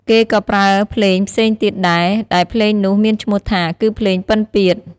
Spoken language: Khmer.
គេក៏ប្រើភ្លេងផ្សេងទៀតដែរ ដែលភ្លេងនោះមានឈ្មោះថា គឺភ្លេងពិណពាទ្យ។